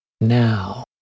now